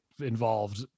involved